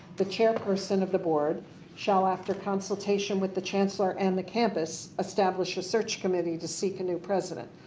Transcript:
the chairperson of the board shall after consultation with the chancellor and the campus establish a search committee to seek a new president.